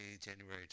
January